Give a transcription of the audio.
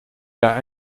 jaar